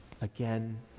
again